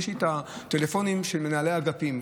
יש לי את הטלפונים של מנהלי אגפים.